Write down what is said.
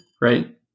right